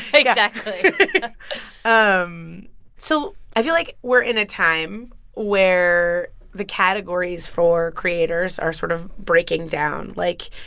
exactly um so i feel like we're in a time where the categories for creators are sort of breaking down. like,